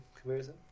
comparison